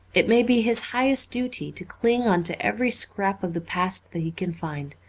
it may be his highest duty to cling on to every scrap of the past that he can find,